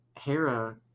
Hera